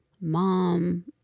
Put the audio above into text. mom